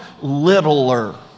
littler